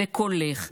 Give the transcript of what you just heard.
קולך,